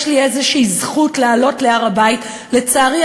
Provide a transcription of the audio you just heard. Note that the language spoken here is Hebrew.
לי איזו זכות לעלות להר-הבית לצערי,